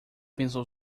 pensou